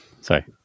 Sorry